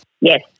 Yes